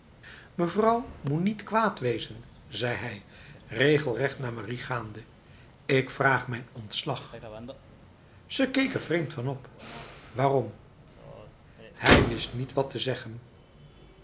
mevrouw moet niet kwaad wezen zei hij regelrecht naar marie gaande ik vraag mijn ontslag zij keek er vreemd van op waarom hij wist niet wat te zeggen